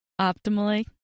optimally